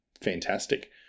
fantastic